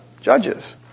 judges